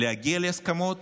להגיע להסכמות